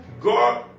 God